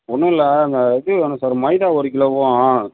ஒன்றும் இல்லை இந்த இது வேணும் சார் மைதா ஒரு கிலோவும்